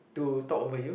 to talk over you